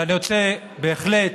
ואני רוצה בהחלט